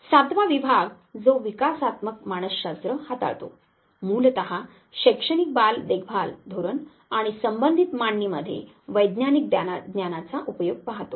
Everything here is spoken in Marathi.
सातवा विभाग जो विकासात्मक मानसशास्त्र हाताळतो मूलतः शैक्षणिक बाल देखभाल धोरण आणि संबंधित मांडणीमध्ये वैज्ञानिक ज्ञानाचा उपयोग पाहतो